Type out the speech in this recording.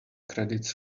credits